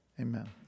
amen